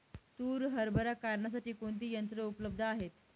तूर हरभरा काढण्यासाठी कोणती यंत्रे उपलब्ध आहेत?